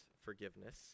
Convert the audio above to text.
forgiveness